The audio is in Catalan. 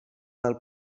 del